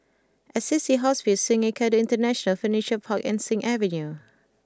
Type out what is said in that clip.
Assisi Hospice Sungei Kadut International Furniture Park and Sing Avenue